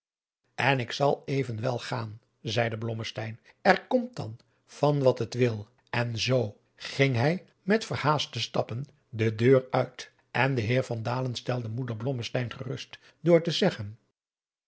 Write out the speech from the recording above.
en ik zal evenwél gaan zeide blommesteyn er komt dan van wat het wil en zoo ging adriaan loosjes pzn het leven van johannes wouter blommesteyn hij met verhaaste stappen de deur uit en de heer van dalen stelde moeder blommesteyn gerust door te zeggen